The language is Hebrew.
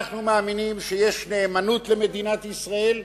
אנחנו מאמינים שיש נאמנות למדינת ישראל,